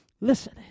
Listen